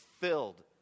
filled